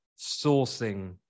sourcing